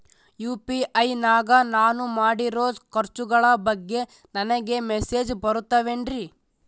UPI ನಾಗ ನಾನು ಮಾಡಿರೋ ಖರ್ಚುಗಳ ಬಗ್ಗೆ ನನಗೆ ಮೆಸೇಜ್ ಬರುತ್ತಾವೇನ್ರಿ?